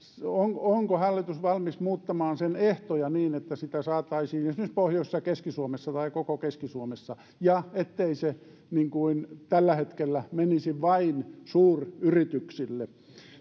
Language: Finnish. onko hallitus valmis muuttamaan sen ehtoja niin että sitä saataisiin esimerkiksi pohjois ja keski suomessa tai koko keski suomessa ja ettei se niin kuin tällä hetkellä menisi vain suuryrityksille